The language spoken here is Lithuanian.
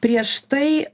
prieš tai